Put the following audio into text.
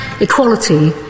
equality